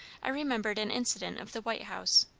i remembered an incident of the white house.